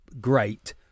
great